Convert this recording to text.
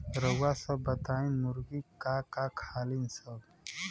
रउआ सभ बताई मुर्गी का का खालीन सब?